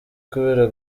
kubera